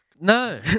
no